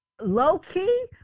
low-key